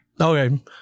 Okay